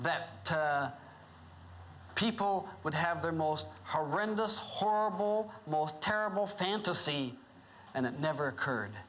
that people would have their most horrendous horrible most terrible fantasy and it never occurred